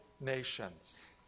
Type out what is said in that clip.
nations